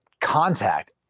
contact